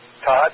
Todd